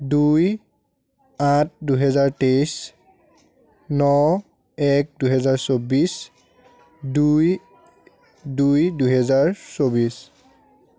দুই আঠ দুহেজাৰ তেইছ ন এক দুহেজাৰ চৌব্বিছ দুই দুই দুহেজাৰ চৌব্বিছ